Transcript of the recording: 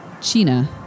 China